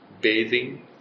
bathing